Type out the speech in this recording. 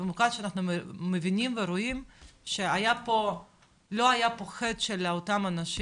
במיוחד שאתם מבינים ורואים שלא היה פה חטא של אותם אנשים.